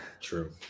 True